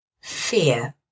Fear